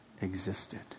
existed